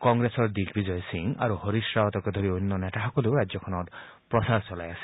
কংগ্ৰেছৰ দ্বিগবিজয় সিং আৰু হৰীশ ৰাৱটকে ধৰি অন্য নেতাসকলেও ৰাজ্যখনত প্ৰচাৰ চলাই আছে